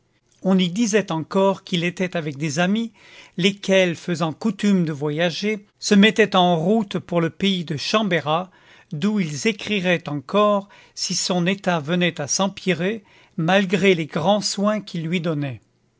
on y disait encore qu'il était avec des amis lesquels faisant coutume de voyager se mettaient en route pour le pays de chambérat d'où ils écriraient encore si son état venait à s'empirer malgré les grands soins qu'ils lui donnaient